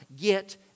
get